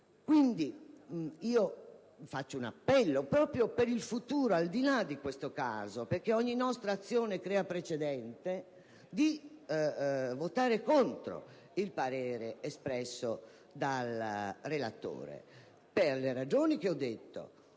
quindi un appello per il futuro, al di là di questo caso, perché ogni nostra azione crea precedente, al fine di votare contro il parere espresso dal relatore per le ragioni che ho detto.